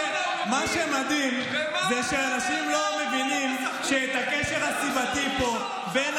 מה שמדהים זה שאנשים לא מבינים שאת הקשר הסיבתי פה בין